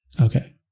Okay